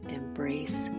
embrace